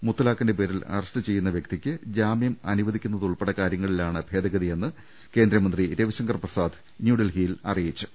മുത്തലാഖിന്റെ പേരിൽ അറസ്റ്റ് ചെയ്യുന്ന വ്യക്തിക്ക് ജാമ്യം അനുവദിക്കുന്നതുൾപ്പെടെ കാര്യങ്ങളിലാണ് ഭേദ ഗതിയെന്ന് കേന്ദ്രമന്ത്രി രവിശങ്കർ പ്രസാദ് ന്യൂഡൽഹിയിൽ പറഞ്ഞു